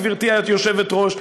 גברתי היושבת-ראש,